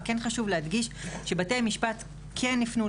וכן חשוב להדגיש שבתי המשפט כן הפנו,